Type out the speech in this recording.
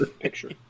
picture